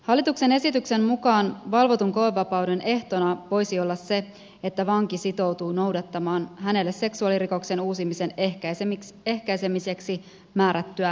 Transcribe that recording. hallituksen esityksen mukaan valvotun koevapauden ehtona voisi olla se että vanki sitoutuu noudattamaan hänelle seksuaalirikoksen uusimisen ehkäisemiseksi määrättyä lääkehoitoa